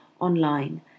online